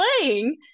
playing